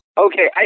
Okay